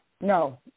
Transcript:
No